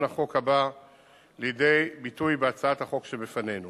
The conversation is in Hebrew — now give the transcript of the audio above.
החוק הבא לידי ביטוי בהצעת החוק שבפנינו.